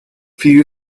few